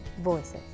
Voices